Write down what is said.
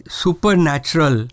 supernatural